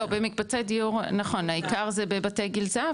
לא, בקבצי דיור, נכון, העיקר זה בבתי גיל זהב.